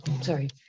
sorry